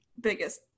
biggest